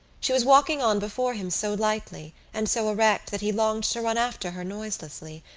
she was walking on before him so lightly and so erect that he longed to run after her noiselessly,